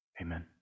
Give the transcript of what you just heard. Amen